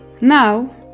Now